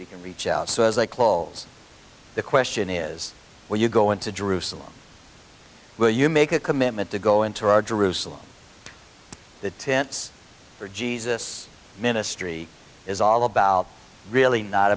we can reach out so as they close the question is will you go into jerusalem will you make a commitment to go into our jerusalem the tents for jesus ministry is all about really not